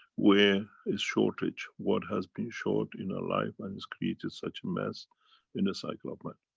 where is shortage, what has been short in our life and it's created such a mess in the cycle of man.